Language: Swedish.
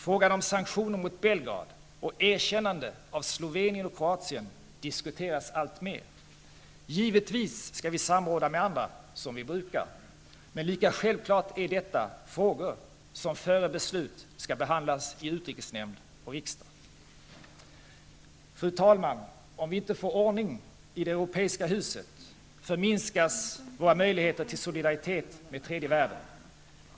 Frågan om sanktioner mot Belgrad och erkännande av Slovenien och Kroatien diskuteras alltmer. Givetvis skall vi samråda med andra, som vi brukar, men lika självklart är att detta är frågor som före beslut skall behandlas i utrikesnämnd och riksdag. Fru talman! Om vi inte får ordning i det europeiska huset, förminskas våra möjligheter till solidaritet med tredje världen.